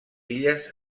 illes